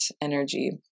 energy